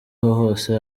hose